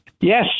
Yes